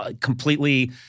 completely